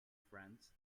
friends